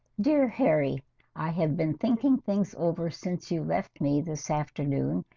dear harry i have been thinking things over since you left me this afternoon,